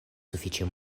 sufiĉe